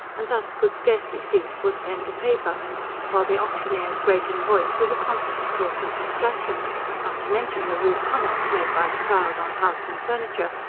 and thus could scarcely see to put pen to paper while the auctioneer's grating voice was a constant source of distraction not to mention the rude comments made by the crowd on house and furniture,